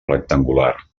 rectangular